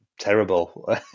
Terrible